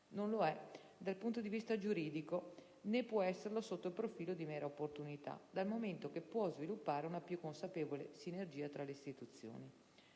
non lo è dal punto di vista giuridico, né può esserlo sotto un profilo di mera opportunità, dal momento che può sviluppare una più consapevole sinergia tra le due istituzioni.